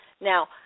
Now